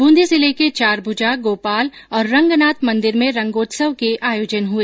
बुंदी जिले के चारभूजा गोपाल और रंगनाथ मंदिर में रंगोत्सव के आयोजन हुए